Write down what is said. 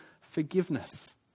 forgiveness